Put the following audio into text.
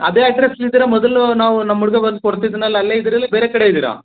ಅದೇ ಅಡ್ರಸ್ಲಿದ್ದೀರಾ ಮೊದಲು ನಾವು ನಮ್ಮ ಹುಡ್ಗ ಬಂದು ಕೊಡ್ತಿದ್ದನಲ್ಲ ಅಲ್ಲೇ ಇದ್ದೀರಾ ಇಲ್ಲ ಬೇರೆ ಕಡೆ ಇದ್ದೀರಾ